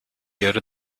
yarı